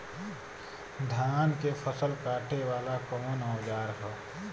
धान के फसल कांटे वाला कवन औजार ह?